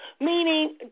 meaning